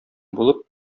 булып